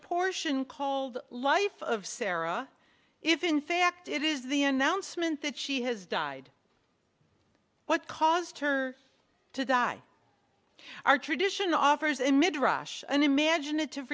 portion called life of sarah if in fact it is the announcement that she has died what caused her to die our tradition offers a mid rush an imaginative